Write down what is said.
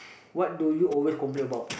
what do you always complain about